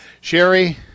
Sherry